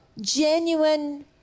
genuine